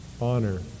honor